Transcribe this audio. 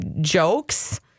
jokes